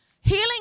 healing